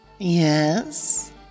Yes